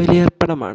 ബലിയർപ്പണമാണ്